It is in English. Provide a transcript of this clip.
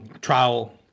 trial